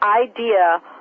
idea